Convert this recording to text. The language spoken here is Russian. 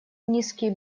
низкий